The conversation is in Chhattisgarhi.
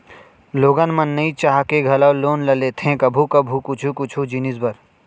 लोगन मन नइ चाह के घलौ लोन ल लेथे कभू कभू कुछु कुछु जिनिस बर